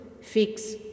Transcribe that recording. fix